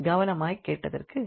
கவனமாய்க் கேட்டதற்கு நன்றி